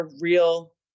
real